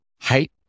height